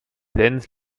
lenz